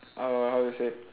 err how to say